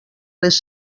les